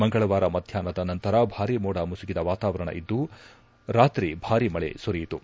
ಮಂಗಳವಾರ ಮಧ್ಯಾಹ್ನದ ನಂತರ ಭಾರೀ ಮೋಡ ಮುಸುಕಿದ ವಾತಾವರಣ ಇದ್ದು ರಾತ್ರಿ ಭಾರೀ ಮಳೆ ಸುರಿಯಿತು